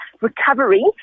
recovery